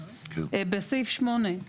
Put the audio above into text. בסעיף 8,